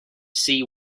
see